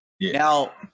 Now